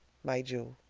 my jo.